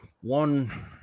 one